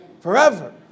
Forever